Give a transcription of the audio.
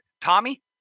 Tommy